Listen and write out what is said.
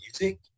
music